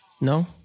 No